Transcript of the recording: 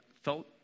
felt